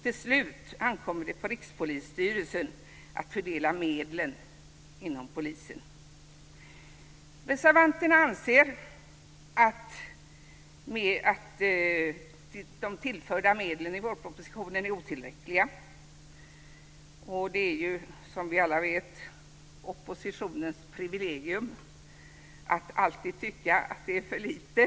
Till slut ankommer det på Rikspolisstyrelsen att fördela medlen inom polisen. Reservanterna anser att tillförda medel i vårpropositionen är otillräckliga. Men det är, som vi alla vet, oppositionens privilegium att alltid tycka att det är för lite.